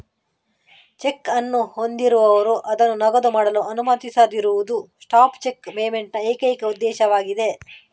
check ಅನ್ನು ಹೊಂದಿರುವವರು ಅದನ್ನು ನಗದು ಮಾಡಲು ಅನುಮತಿಸದಿರುವುದು ಸ್ಟಾಪ್ ಚೆಕ್ ಪೇಮೆಂಟ್ ನ ಏಕೈಕ ಉದ್ದೇಶವಾಗಿದೆ